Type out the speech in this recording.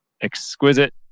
exquisite